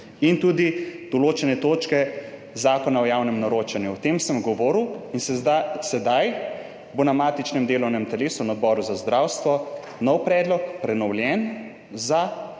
in tudi določene točke Zakona o javnem naročanju. O tem sem govoril. In zdaj bo na matičnem delovnem telesu, na Odboru za zdravstvo, nov predlog prenovljen,